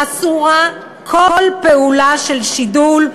אסורה כל פעולה של שידול,